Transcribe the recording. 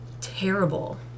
terrible